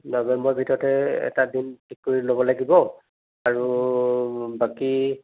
নবেম্বৰ ভিতৰতে এটা দিন ঠিক কৰি ল'ব লাগিব আৰু বাকী